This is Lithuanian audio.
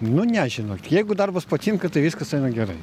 nu ne žinokit jeigu darbas patinka tai viskas eina gerai